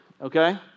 okay